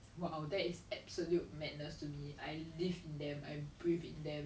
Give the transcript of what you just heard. orh no ah guess you are a poopy not independent